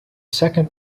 second